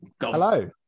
Hello